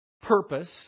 purpose